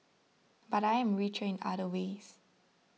but I am richer in other ways